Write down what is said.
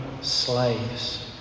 slaves